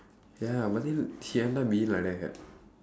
ya but then he end up being like that